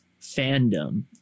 fandom